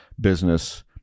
business